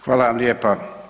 Hvala vam lijepa.